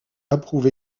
approuve